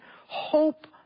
Hope